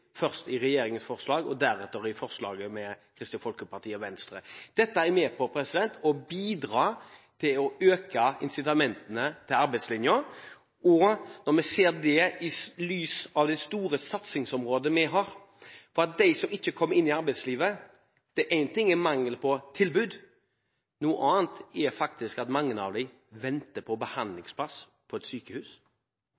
først i regjeringens forslag og deretter i forslaget vi har sammen med Kristelig Folkeparti og Venstre. Dette er med på å bidra til å øke incitamentene til arbeidslinjen, i lys av det store satsingsområdet når det gjelder dem som ikke kommer inn i arbeidslivet. Én ting er mangel på tilbud, noe annet er faktisk at mange av dem venter på